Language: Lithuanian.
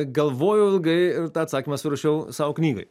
galvojau ilgai ir tą atsakymą surašiau savo knygoj